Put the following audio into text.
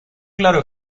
claro